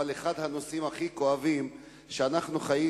אבל אחד הנושאים הכי כואבים שאנחנו חיים